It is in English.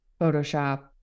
Photoshop